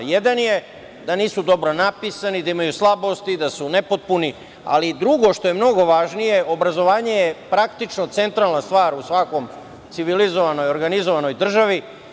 Jedan je da nisu dobro napisani, da imaju slabosti, da su nepotpuni, ali drugo, što je mnogo važnije, obrazovanje je praktično centralna stvar u svakoj civilizovanoj, organizovanoj državi.